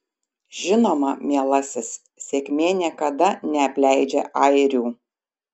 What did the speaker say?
žinoma mielasis sėkmė niekada neapleidžia airių